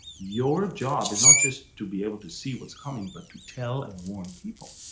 your job is not just to be able to see what's coming, but to tell and warn people.